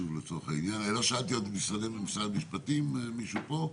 אני לא שאלתי על משרד המשפטים, מישהו פה?